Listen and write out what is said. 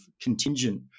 contingent